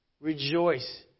rejoice